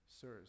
sirs